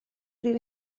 prif